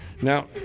Now